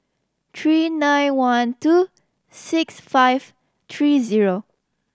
three nine one two six five three zero